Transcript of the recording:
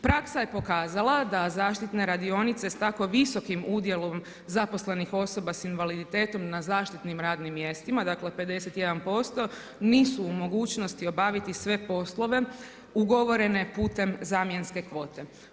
Praksa je pokazala da zaštitne radionice sa tako visokim udjelom zaposlenih osoba sa invaliditetom na zaštitnim radnim mjestima dakle 51% nisu u mogućnosti obaviti sve poslove ugovorene putem zamjenske kvote.